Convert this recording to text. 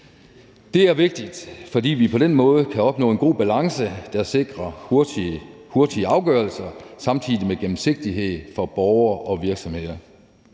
Det er vigtigt, fordi vi på den måde kan opnå en god balance, der sikrer hurtige afgørelser og samtidig gennemsigtighed for borgere og virksomheder.